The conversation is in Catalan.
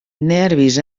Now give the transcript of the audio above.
nervis